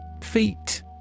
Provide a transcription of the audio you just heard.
Feet